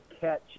catch